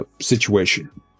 situation